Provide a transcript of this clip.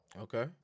okay